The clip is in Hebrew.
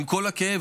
עם כל הכאב,